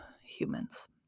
humans